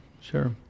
sure